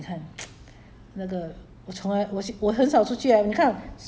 !wah! 四个 !wah! 四个月不可以想象 err 你看